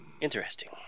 Interesting